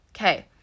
Okay